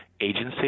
agency